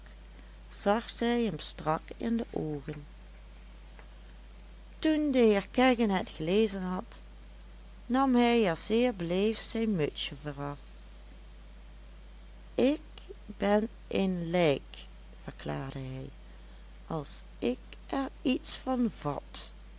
zag zij hem strak in de oogen toen de heer kegge het gelezen had nam hij er zeer beleefd zijn mutsje voor af ik ben een lijk verklaarde hij als ik er iets van vat